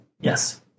Yes